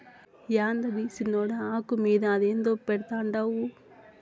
యాందది సిన్నోడా, ఆకు మీద అదేందో పెడ్తండావు